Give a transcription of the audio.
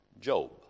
Job